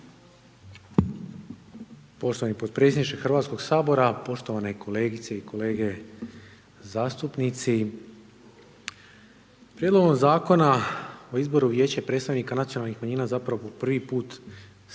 Poštovani podpredsjedniče Hrvatskog sabora, poštovane kolegice i kolege zastupnici, Prijedlogom Zakona o izboru vijeća i predstavnika nacionalnih manjina zapravo po prvi put se